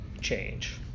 change